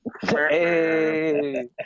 Hey